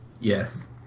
Yes